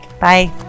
Bye